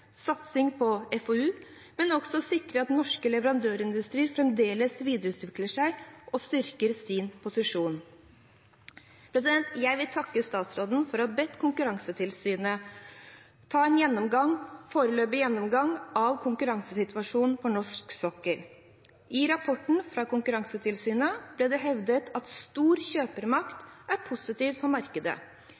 satsing på FoU, men også sikrer at den norske leverandørindustrien fremdeles videreutvikler seg og styrker sin posisjon. Jeg vil takke statsråden for å ha bedt Konkurransetilsynet ta en foreløpig gjennomgang av konkurransesituasjonen på norsk sokkel. I rapporten fra Konkurransetilsynet ble det hevdet at stor kjøpermakt er positivt for markedet.